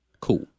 cool